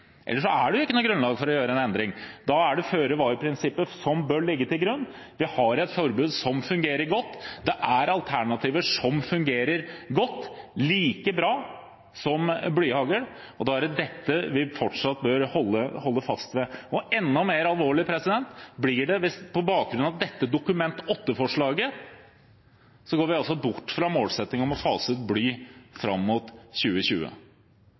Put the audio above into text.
Da er det føre-var-prinsippet som bør ligge til grunn. Vi har et forbud som fungerer godt. Det finnes alternativer som fungerer godt, like bra som blyhagl, og da er det dette vi fortsatt bør holde fast ved. Enda mer alvorlig er det at vi på bakgrunn av dette Dokument 8-forslaget altså går bort fra målsettingen om å fase ut bly fram mot 2020